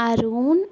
Arun